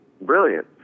brilliant